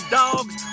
dogs